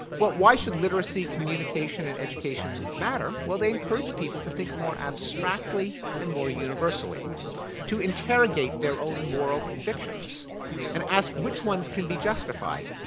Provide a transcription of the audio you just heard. why should literacy, communication and education matter? well they encourage people to think more abstractly and more universally to interrogate their own moral convictions and ask which ones can be justified.